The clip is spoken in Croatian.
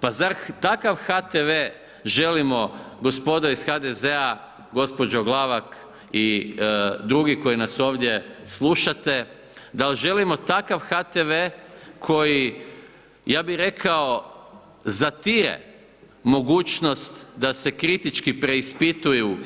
Pa zar takav HTV želimo gospodo iz HDZ-a, gospođo Glavak i drugi koji nas ovdje slušate, da li želimo takav HTV koji, ja bih rekao, zatire mogućnost da se kritički preispituju,